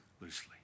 loosely